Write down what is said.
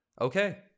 okay